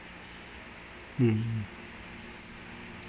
mm